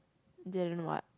deal what